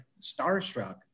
starstruck